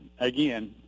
again